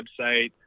website